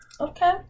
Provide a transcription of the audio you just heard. Okay